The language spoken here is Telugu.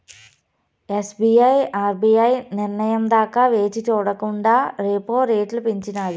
ఎస్.బి.ఐ ఆర్బీఐ నిర్నయం దాకా వేచిచూడకండా రెపో రెట్లు పెంచినాది